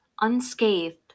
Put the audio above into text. unscathed